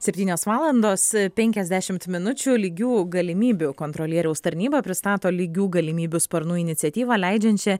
septynios valandos penkiasdešimt minučių lygių galimybių kontrolieriaus tarnyba pristato lygių galimybių sparnų iniciatyvą leidžiančią